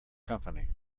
company